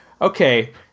Okay